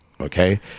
Okay